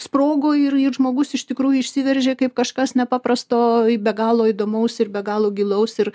sprogo ir ir žmogus iš tikrųjų išsiveržė kaip kažkas nepaprasto be galo įdomaus ir be galo gilaus ir